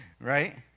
Right